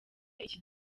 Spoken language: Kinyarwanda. iki